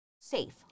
Safe